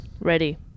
Ready